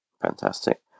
Fantastic